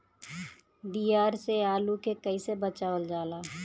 दियार से आलू के कइसे बचावल जाला?